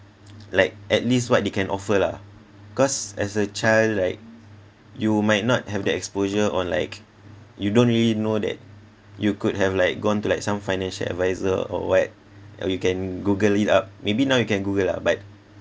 like at least what they can offer lah cause as a child like you might not have the exposure or like you don't really know that you could have like gone to like some financial advisor or what and you can google it up maybe now you can google lah but